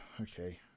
Okay